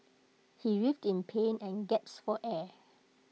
he writhed in pain and gasped for air